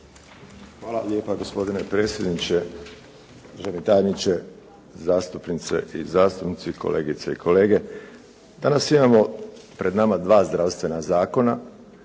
Hvala lijepa gospodine predsjedniče, državni tajniče, zastupnice i zastupnici, kolegice i kolege. Danas imamo pred nama dva zdravstvena zakona.